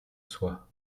soi